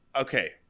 okay